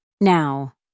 Now